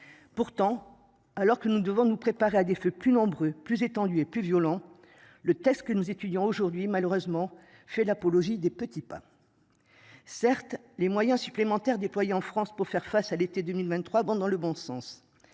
Pourtant, alors que nous devons nous préparer à des feux plus nombreux plus étendue et plus violents. Le texte que nous étudions aujourd'hui malheureusement fait l'apologie des petits pains. Certes les moyens supplémentaires déployés en France pour faire face à l'été 2023 dans le bon sens